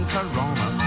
Corona